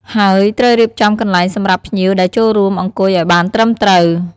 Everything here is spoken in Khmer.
ហើយត្រូវរៀបចំំកន្លែងសម្រាប់ភ្ញៀវដែលចូលរួម អង្គុយអោយបានត្រឹមត្រូវ។